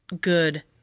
good